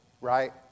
right